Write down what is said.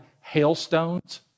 hailstones